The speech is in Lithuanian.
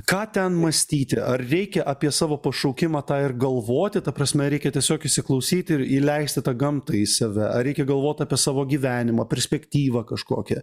ką ten mąstyti ar reikia apie savo pašaukimą tą ir galvoti ta prasme reikia tiesiog įsiklausyti ir įleisti tą gamtą į save ar reikia galvot apie savo gyvenimą perspektyvą kažkokią